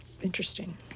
Interesting